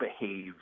behave